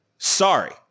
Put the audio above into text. Sorry